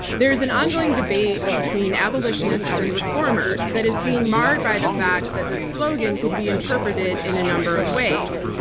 there's an ongoing debate between abolitionists and reformers that is being marred by the fact that the slogan can be interpreted in a number of ways.